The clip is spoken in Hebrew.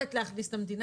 היכולת להכניס למדינה.